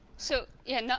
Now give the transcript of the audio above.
so yeah no